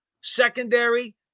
secondary